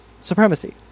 supremacy